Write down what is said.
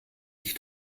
dich